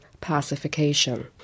pacification